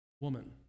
woman